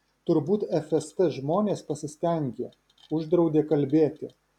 turbūt fst žmonės pasistengė uždraudė kalbėti